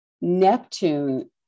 Neptune